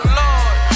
lord